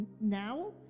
now